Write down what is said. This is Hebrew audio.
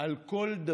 על כל דבר